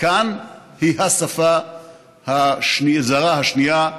כאן היא השפה הזרה השנייה.